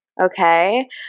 Okay